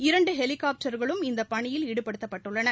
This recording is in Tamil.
இரண்டு ஹெலிகாப்டர்களும் இந்த பணியில் ஈடுபடுத்தப்பட்டுள்ளன